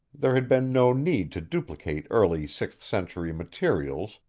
there had been no need to duplicate early sixth-century materials,